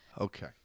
Okay